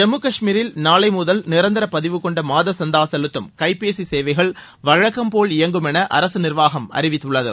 ஜம்மு காஷ்மீரில் நாளை முதல் நிரந்தர பதிவுகொண்ட மாதா சந்தா செலுத்தும் கைபேசி சேவைகள் வழக்கம் போல் இயங்கும் என அரசு நிர்வாகம் அறிவித்துள்ளது